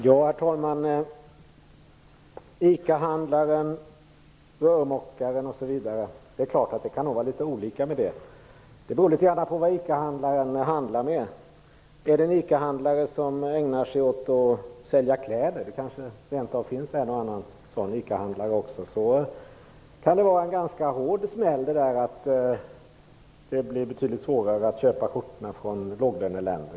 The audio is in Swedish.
Herr talman! Det är klart att det kan vara litet olika med ICA-handlaren, rörmokaren osv. Det beror litet grand på vad ICA-handlaren handlar med. Ägnar han sig åt att sälja kläder - det kanske rent av finns en och annan sådan ICA-handlare - kan det bli en ganska hård smäll genom att det blir betydligt dyrare att köpa skjortorna från låglöneländer.